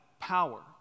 power